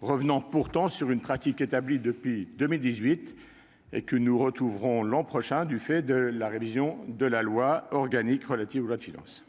revenant en cela sur une pratique établie depuis 2018, que nous retrouverons toutefois l'an prochain du fait de la révision de la loi organique relative aux lois de finances.